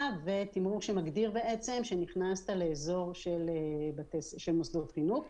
ותמחרור שמגדיר שנכנסת לאזור של מוסדות חינוך.